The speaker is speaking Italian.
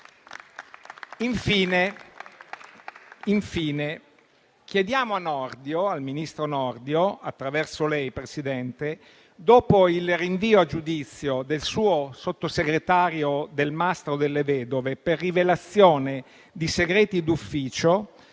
Infine, chiediamo al ministro Nordio, attraverso lei, signor Presidente, dopo il rinvio a giudizio del suo sottosegretario Delmastro Delle Vedove per rivelazione di segreti d'ufficio,